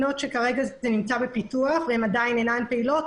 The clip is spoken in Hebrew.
יש מדינות שכרגע זה נמצא בפיתוח והן עדיין אינן פעילות,